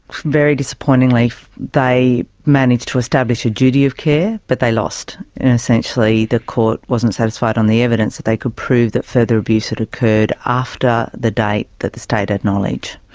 very disappointingly they managed to establish a duty of care but they lost and essentially the court wasn't satisfied on the evidence that they could prove that further abuse had occurred after the date that the state had knowledge.